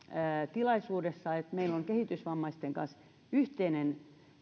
tilaisuudessa jossa meillä on kehitysvammaisten kanssa yhteinen